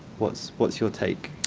what's what's your take?